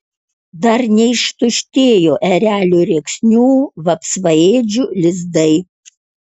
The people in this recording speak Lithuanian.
dar neištuštėjo erelių rėksnių vapsvaėdžių lizdai